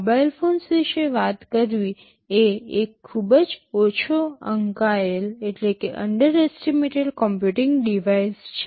mobile phones વિશે વાત કરવી એ એક ખૂબ જ ઓછો આંકાયેલ કમ્પ્યુટિંગ ડિવાઇસ છે